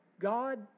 God